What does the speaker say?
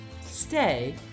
stay